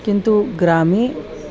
किन्तु ग्रामे